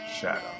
shadow